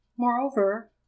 moreover